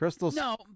No